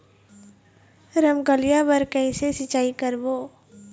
रमकलिया बर कइसे सिचाई करबो?